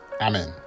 Amen